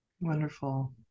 wonderful